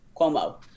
Cuomo